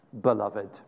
beloved